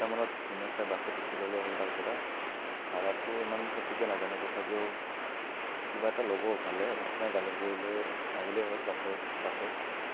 ছয়টামানত ধুনীয়াছে বাছত উঠি ল'লে হ'ল তাৰ পৰা ভাড়াটো ইমান সঠিককে নাজানো তথাপিও কিবা এটা ল'ব ভালেই আপোনাৰ জালুকবাৰীলৈ আহিলেই হ'ল বাছৰ বাছত